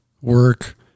work